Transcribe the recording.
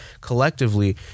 collectively